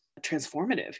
transformative